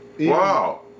Wow